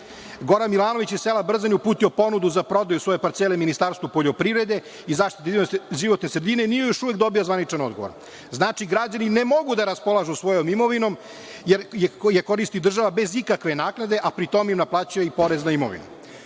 Milanović iz sela Brzan, je uputio ponudu za prodaju svoje parcele Ministarstvu poljoprivrede i zaštiti životne sredine, nije još uvek dobio zvaničan odgovor. Znači, građani ne mogu da raspolažu svojom imovinom, jer je koristi država bez ikakve naknade, a pri tome im naplaćuje porez na imovinu. Pitanje